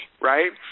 right